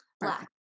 Black